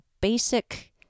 basic